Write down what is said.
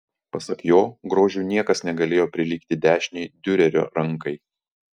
pasak jo grožiu niekas negalėjo prilygti dešinei diurerio rankai